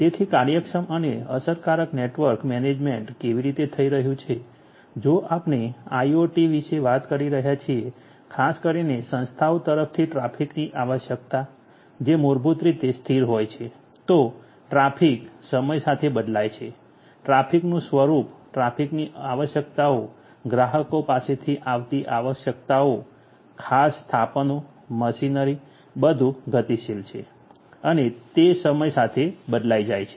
તેથી કાર્યક્ષમ અને અસરકારક નેટવર્ક મેનેજમેન્ટ કેવી રીતે થઈ રહ્યું છે જો આપણે આઇઆઇઓટી વિશે વાત કરી રહ્યા છીએ ખાસ કરીને સંસ્થાઓ તરફથી ટ્રાફિકની આવશ્યકતા જે મૂળભૂત રીતે સ્થિર હોય છે તો ટ્રાફિક સમય સાથે બદલાય છે ટ્રાફિકનું સ્વરૂપ ટ્રાફિકની આવશ્યકતાઓ ગ્રાહકો પાસેથી આવતી આવશ્યકતાઓ ખાસ સ્થાપનો મશીનરી બધું ગતિશીલ છે અને તે સમય સાથે બદલાઈ જાય છે